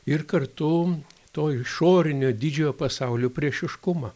ir kartu to išorinio didžiojo pasaulio priešiškumą